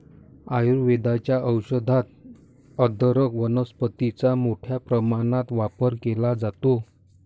आयुर्वेदाच्या औषधात अदरक वनस्पतीचा मोठ्या प्रमाणात वापर केला जातो